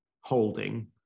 holding